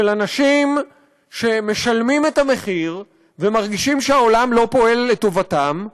של אנשים שמשלמים את המחיר ומרגישים שהעולם לא פועל לטובתם.